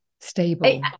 stable